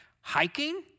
hiking